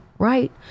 Right